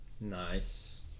nice